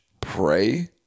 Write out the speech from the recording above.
pray